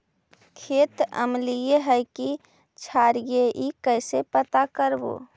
खेत अमलिए है कि क्षारिए इ कैसे पता करबै?